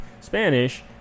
Spanish